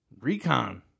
Recon